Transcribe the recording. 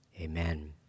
amen